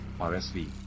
RSV